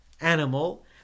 animal